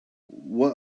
what